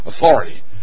authority